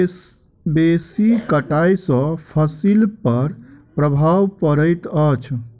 बेसी कटाई सॅ फसिल पर प्रभाव पड़ैत अछि